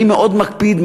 אני מאוד מקפיד,